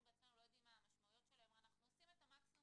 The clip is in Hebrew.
בעצמנו לא יודעים את המשמעותיות שלהם אנחנו עושים את המקסימום